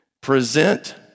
Present